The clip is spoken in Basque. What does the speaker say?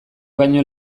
baino